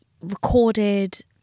recorded